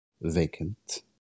vacant